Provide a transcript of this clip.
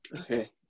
Okay